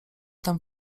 tam